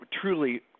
truly